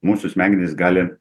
mūsų smegenys gali